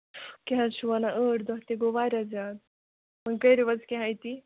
کیٛاہ حظ چھِو وَنان ٲٹھ دۄہ تہِ گوٚو واریاہ زیادٕ وۅنۍ کٔرِو حظ کیٚنٛہہ أتی